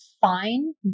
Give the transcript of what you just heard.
fine